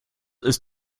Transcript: ist